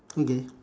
okay